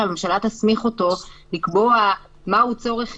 שממשלה תסמיך אותו לקבוע מהו צורך חיוני,